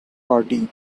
party